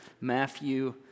Matthew